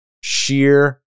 sheer